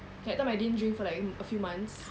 that time I didn't drink for like mm a few months